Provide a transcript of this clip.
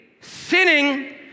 sinning